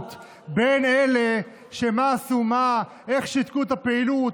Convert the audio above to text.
ההשוואות בין אלה שעשו מה, איך שיתקו את הפעילות.